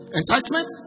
enticement